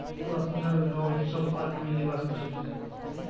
personal loan सब आदमी लीबा सखछे